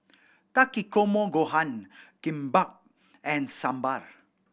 Takikomi Gohan Kimbap and Sambar